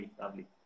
lovely